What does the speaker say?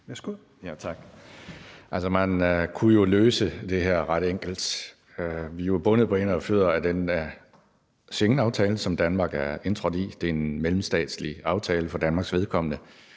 (DF): Tak. Men man kunne jo løse det her ret enkelt. Vi er jo bundet på hænder og fødder af den Schengenaftale, som Danmark er indtrådt i. Det er en mellemstatslig aftale for Danmarks vedkommende,